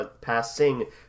passing